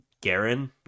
Garen